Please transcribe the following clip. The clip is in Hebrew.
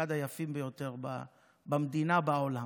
שהוא אחד היפים ביותר במדינה ובעולם.